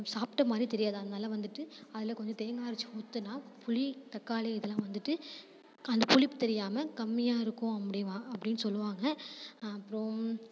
சாப்பிட்ட மாதிரியும் தெரியாது அதனால வந்துட்டு அதில் கொஞ்சம் தேங்காய் அரைத்து ஊற்றினா புளி தக்காளி இதெல்லாம் வந்துட்டு அந்த புளிப்பு தெரியாமல் கம்மியாக இருக்கும் அப்படிவா அப்படின்னு சொல்லுவாங்க அப்புறம்